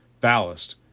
ballast